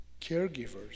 caregivers